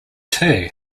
two